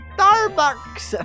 Starbucks